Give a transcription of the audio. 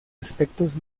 aspectos